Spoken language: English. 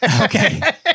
Okay